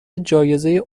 جایزه